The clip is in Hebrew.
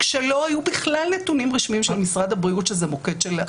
כשלא היו בכלל נתונים רשמיים של משרד הבריאות שזה מוקד של הדבקה.